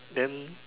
then